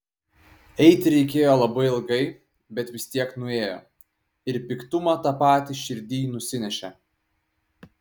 eiti reikėjo labai ilgai bet vis tiek nuėjo ir piktumą tą patį širdyj nusinešė